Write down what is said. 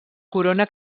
corona